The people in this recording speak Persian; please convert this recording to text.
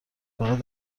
فقط